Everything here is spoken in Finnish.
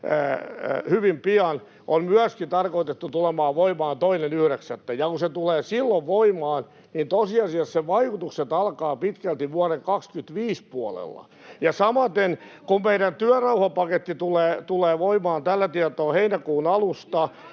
hyvin pian, on myöskin tarkoitettu tulemaan voimaan 2.9., ja kun se tulee silloin voimaan, niin tosiasiassa sen vaikutukset alkavat pitkälti vuoden 25 puolella. Ja samaten, kun meidän työrauhapaketti tulee voimaan tällä tietoa heinäkuun alusta